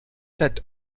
set